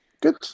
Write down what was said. Good